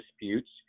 disputes